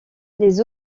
les